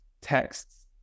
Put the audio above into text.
texts